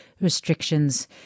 restrictions